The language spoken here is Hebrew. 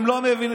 הם לא מבינים.